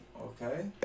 okay